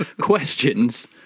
questions